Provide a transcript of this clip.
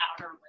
outer